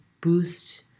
boost